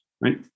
right